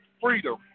freedom